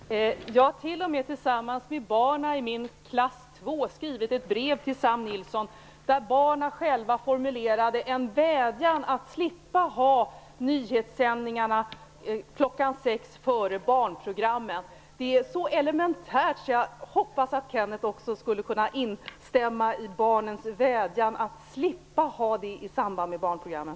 Fru talman! Jag har t.o.m. tillsammans med barnen i min klass 2 skrivit ett brev till Sam Nilsson, där barnen själva formulerade en vädjan att slippa nyhetssändningarna klockan sex före barnprogrammen. Det är så elementärt att jag hoppas att Kenneth Kvist också skulle kunna instämma i barnens vädjan att slippa det i samband med barnprogrammen.